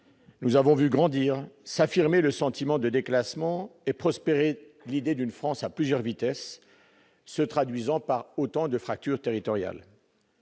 Nous avons vu grandir, s'affirmer le sentiment de déclassement et prospérer l'idée d'une France à plusieurs vitesses, se traduisant par autant de fractures territoriales,